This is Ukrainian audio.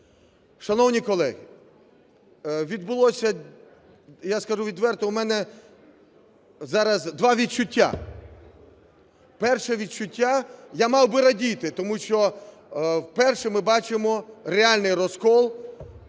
Шановні колеги, відбулося, я скажу відверто, у мене зараз два відчуття. Перше відчуття – я мав би радіти. Тому що вперше ми бачимо реальний розкол